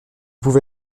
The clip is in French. pouvez